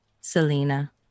Selena